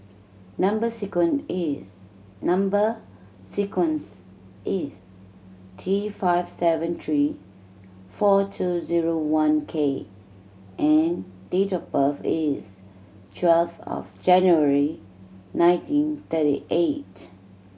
number is number sequence is T five seven three four two zero one K and date of birth is twelve of January nineteen thirty eight